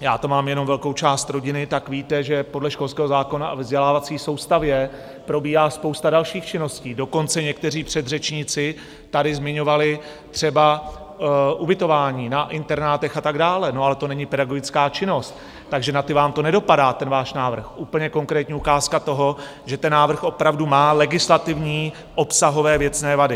já tam mám jenom velkou část rodiny, tak víte, že podle školského zákona a ve vzdělávací soustavě probíhá spousta dalších činností, dokonce někteří předřečníci tady zmiňovali třeba ubytování na internátech a tak dále, ale to není pedagogická činnost, takže na ty vám nedopadá ten váš návrh úplně konkrétní ukázka toho, že ten návrh opravdu má legislativní, obsahové, věcné vady.